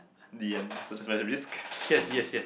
the end so that's why I risk